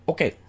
Okay